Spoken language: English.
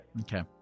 Okay